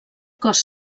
cos